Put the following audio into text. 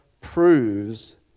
proves